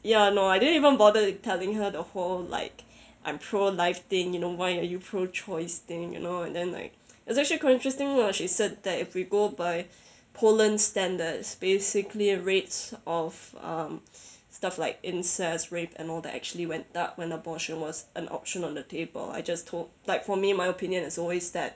ya no I didn't even bother telling her the whole like I'm pro life thing you know why are you pro choice thing you know then like it's actually quite interesting lah she said that if we go by poland standards basically rates of stuff like incest rape and all the actually went up when abortion was an option on the table I just to~ like for me my opinion is always that